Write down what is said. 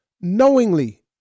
Knowingly